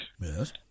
Yes